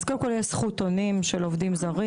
אז קודם כל יש זכותונים של עובדים זרים